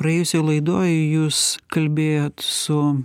praėjusioj laidoj jūs kalbėjot su